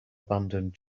abandoned